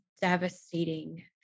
devastating